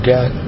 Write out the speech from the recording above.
God